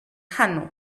hano